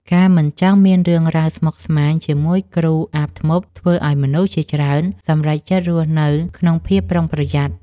ការមិនចង់មានរឿងរ៉ាវស្មុគស្មាញជាមួយគ្រូអាបធ្មប់ធ្វើឱ្យមនុស្សជាច្រើនសម្រេចចិត្តរស់នៅក្នុងភាពប្រុងប្រយ័ត្ន។